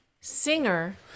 Singer